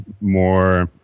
more